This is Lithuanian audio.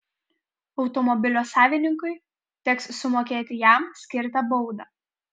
automobilio savininkui teks sumokėti jam skirtą baudą